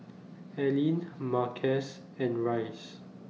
Aline Marquez and Rice